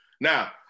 Now